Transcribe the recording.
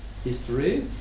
history